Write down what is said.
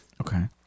Okay